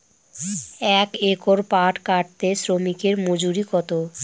এক একর পাট কাটতে শ্রমিকের মজুরি কত?